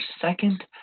second